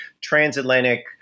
transatlantic